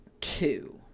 Two